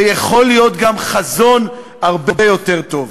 ויכול להית גם חזון הרבה יותר טוב.